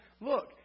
look